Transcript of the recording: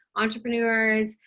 entrepreneurs